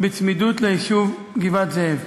בצמידות ליישוב גבעת-זאב.